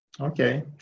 Okay